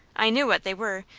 i knew what they were,